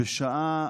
בשעה